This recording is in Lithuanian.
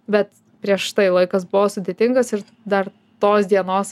bet prieš tai laikas buvo sudėtingas ir dar tos dienos